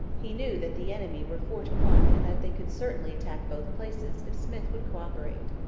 he knew that the enemy were four to one and that they could certainly attack both places if smyth would co-operate.